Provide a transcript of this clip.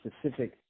specific